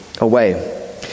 away